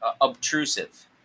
obtrusive